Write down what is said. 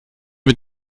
mit